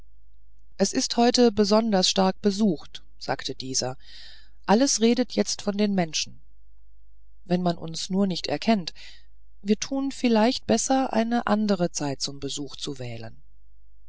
es ist heute besonders stark besucht sagte dieser alles redet jetzt von den menschen wenn man uns nur nicht erkennt wir tun vielleicht besser eine andere zeit zum besuch zu wählen